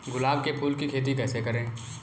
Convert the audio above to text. गुलाब के फूल की खेती कैसे करें?